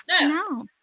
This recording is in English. No